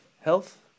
health